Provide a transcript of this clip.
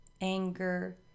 anger